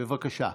בבקשה.